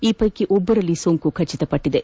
ಈ ಪೈಕಿ ಒಬ್ಬರಲ್ಲಿ ಸೋಂಕು ದೃಢಪಟ್ಟದೆ